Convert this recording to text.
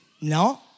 No